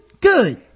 Good